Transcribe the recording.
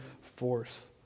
force